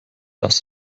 das